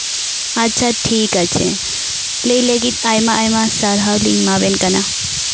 ᱟᱪᱪᱷᱟ ᱴᱷᱤᱠ ᱟᱪᱪᱷᱮ ᱞᱟᱹᱭ ᱞᱟᱹᱜᱤᱫ ᱟᱭᱢᱟ ᱟᱭᱢᱟ ᱥᱟᱨᱦᱟᱣ ᱞᱤᱧ ᱮᱢᱟᱵᱮᱱ ᱠᱟᱱᱟ